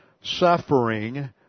suffering